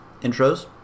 intros